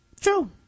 True